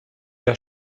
der